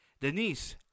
Denise